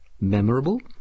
Memorable